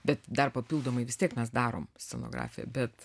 bet dar papildomai vis tiek mes darom scenografiją bet